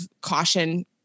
caution